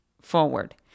forward